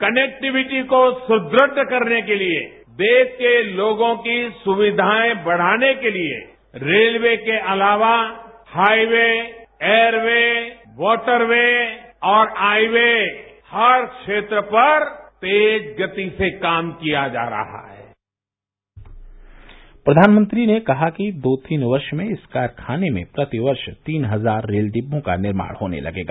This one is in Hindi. कनेक्टिविटी को सुदृढ़ करने के लिए देश के लोगों की सुविधाएं बढ़ाने के लिए रेलवे के अलावा highway airway waterway और आई ये हर क्षेत्र पर तेज गति से काम किया जा रहा है प्रधानमंत्री ने कहा कि दो तीन वर्ष में इस कारखाने में प्रतिवर्ष तीन हजार रेल डिब्बों का निर्माण होने लगेगा